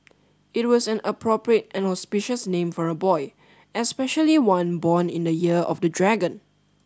it was an appropriate and auspicious name for a boy especially one born in the year of the dragon